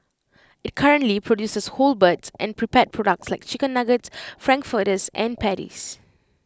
IT currently produces whole birds and prepared products like chicken Nuggets Frankfurters and patties